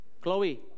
Chloe